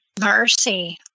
mercy